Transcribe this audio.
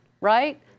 right